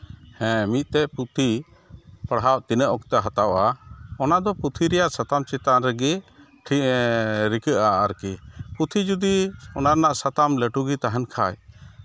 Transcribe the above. ᱦᱮᱸ ᱢᱤᱫᱴᱮᱡ ᱯᱩᱛᱷᱤ ᱯᱟᱲᱦᱟᱣ ᱛᱤᱱᱟᱹᱜ ᱚᱠᱛᱚᱭ ᱦᱟᱛᱟᱣᱟ ᱚᱱᱟᱫᱚ ᱯᱩᱛᱷᱤ ᱨᱮᱭᱟᱜ ᱥᱟᱛᱟᱢ ᱪᱮᱛᱟᱱ ᱨᱮᱜᱮ ᱨᱤᱠᱟᱹᱜᱼᱟ ᱟᱨᱠᱤ ᱯᱩᱛᱷᱤ ᱡᱚᱫᱤ ᱚᱱᱟ ᱨᱮᱭᱟᱜ ᱥᱟᱛᱟᱢ ᱞᱟᱹᱴᱩ ᱜᱮ ᱛᱟᱦᱮᱱ ᱠᱷᱟᱡ